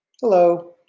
Hello